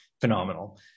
Phenomenal